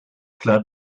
klar